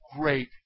great